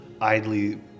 idly